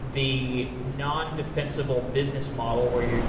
the non-defensible business model where you're